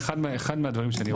זה אחד מהדברים שאני רוצה.